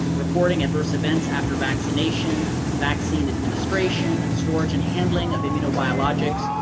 reporting adverse events after vaccination, vaccine administration, storage and handling of immuno biologics,